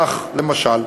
כך, למשל,